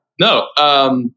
No